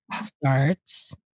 starts